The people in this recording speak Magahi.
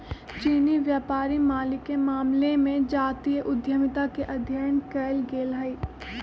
चीनी व्यापारी मालिके मामले में जातीय उद्यमिता के अध्ययन कएल गेल हइ